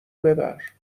ببر